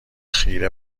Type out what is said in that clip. خیره